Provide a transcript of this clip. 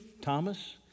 Thomas